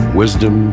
wisdom